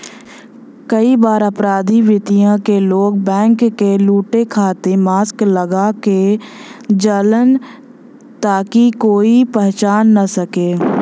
कई बार अपराधी प्रवृत्ति क लोग बैंक क लुटे खातिर मास्क लगा क जालन ताकि कोई पहचान न सके